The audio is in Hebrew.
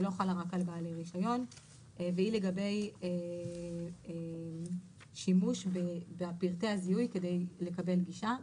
שלא חלה רק על בעלי רישיון והיא לגבי שימוש בפרטי הזיהוי כדי לקבל גישה.